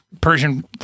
Persian